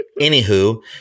anywho